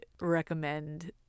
recommend